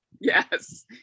yes